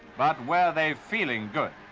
but were they feeling good?